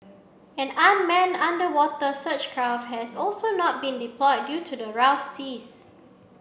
an unmanned underwater search craft has also not been deployed due to the rough seas